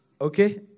Okay